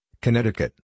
Connecticut